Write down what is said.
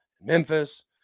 Memphis